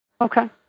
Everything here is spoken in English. Okay